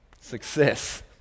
Success